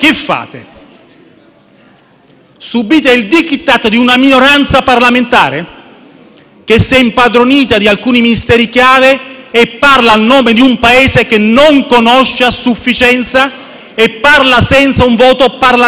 Subite il *Diktat* di una minoranza parlamentare, che si è impadronita di alcuni Ministeri chiave e parla a nome di un Paese che non conosce a sufficienza e parla senza un voto parlamentare?